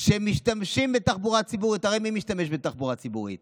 שמשתמשות בתחבורה ציבורית,